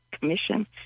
commission